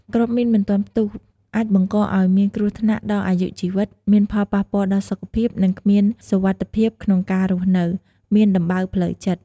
គ្រាប់មីនមិនទាន់ផ្ទុះ អាចបង្ករឲ្យមានគ្រោះថ្នាក់ដល់អាយុជីវិត មានផលបោះះពាល់ដល់សុខភាព និង គ្មានសុវត្ថិភាពក្នុងការរស់នៅ មានដំបៅផ្លូវចិត្ត។